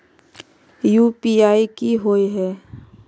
UPI की होय है?